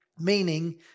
meaning